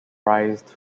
prized